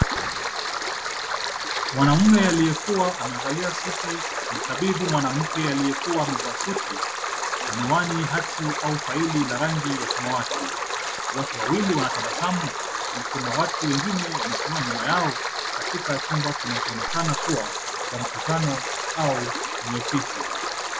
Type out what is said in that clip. Mwanaume aliyekuwa amevalia suti amemkabidhi mwanamke aliyekuwa amevaa suti na miwani hati au faili la rangi ya samawati. Wote wawili wanatabasamu na kuna watu wengine wamesimama nyuma yao katika chumba kinachoonekana kuwa cha mkutano au ni ofisi.